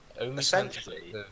Essentially